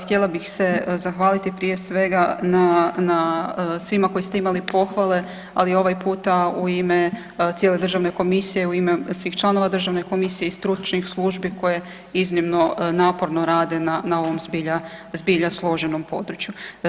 Htjela bih se zahvaliti prije svega svima koji ste imali pohvale, ali ovaj puta u ime cijele državne komisije u ime svih članova državne komisije i stručnih službi koje iznimno naporno rade na ovom zbilja složenom području.